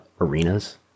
arenas